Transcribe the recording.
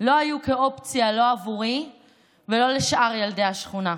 לא היו אופציה, לא עבורי ולא לשאר ילדי השכונה.